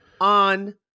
on